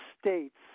states